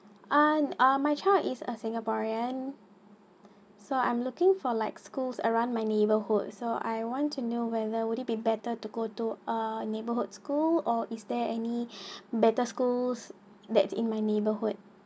ah uh my child is a singaporean so I'm looking for like schools around my neighbourhood so I want to know whether would it be better to go to a neighborhood school or is there any better schools that in my neighbourhood